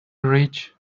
rich